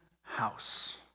house